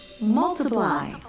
Multiply